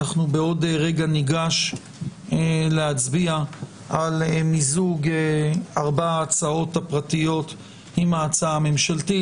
בעוד רגע ניגש להצביע על מיזוג ארבע ההצעות הפרטיות עם ההצעה הממשלתית.